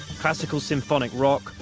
classical symphonic rock,